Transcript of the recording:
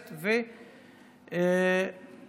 נשים ששהו במקלט לנשים מוכות) (תיקון מס' 4)